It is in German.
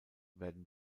werden